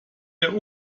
der